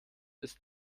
ist